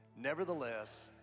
Nevertheless